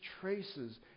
traces